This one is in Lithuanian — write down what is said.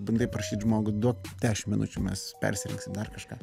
bandai prašyt žmogų duok dešim minučių mes persirengsim dar kažką